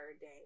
day